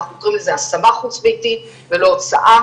אנחנו קוראים לזה השמה חוץ ביתית ולא הוצאה,